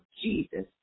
Jesus